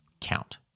count